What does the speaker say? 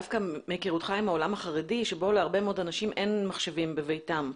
דווקא מהיכרותך את העולם החרדי שבו להרבה מאוד אנשים אין מחשבים בביתם.